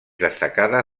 destacada